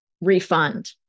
refund